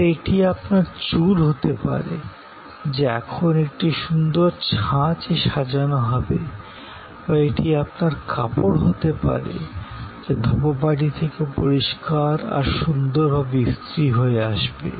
সুতরাং এটি আপনার চুল হতে পারে যা এখন একটি সুন্দর ছাঁচে সাজানো হবে বা এটি আপনার কাপড় হতে পারে ধোপা বাড়ি থেকে পরিষ্কার আর সুন্দর ভাবে ইস্ত্রি হয় আসবে